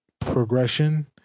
progression